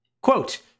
Quote